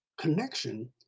connection